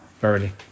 Verily